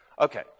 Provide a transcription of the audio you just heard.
Okay